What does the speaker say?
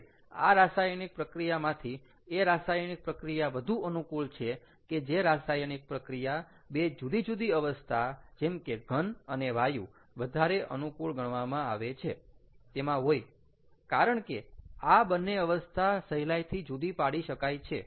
હવે આ રાસાયણિક પ્રક્રિયામાથી એ રાસાયણિક પ્રક્રિયા વધુ અનુકૂળ છે કે જે રાસાયણિક પ્રક્રિયા 2 જુદી જુદી અવસ્થા જેમ કે ઘન અને વાયુ વધારે અનુકૂળ ગણવામાં આવે છે તેમાં હોય કારણ કે આ બંને અવસ્થા સહેલાઇથી જુદી પાડી શકાય છે